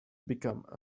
become